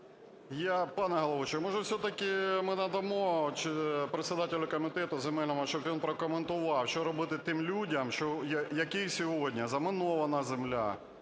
Пане головуючий може все-таки ми надамо председателю комітету земельного, щоб він прокоментував, що робити тим людям, в яких сьогодні замінована земля,